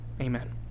amen